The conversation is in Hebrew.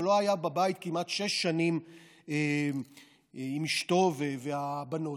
ולא היה בבית כמעט שש שנים עם אשתו והבנות,